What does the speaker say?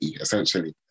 essentially